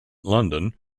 london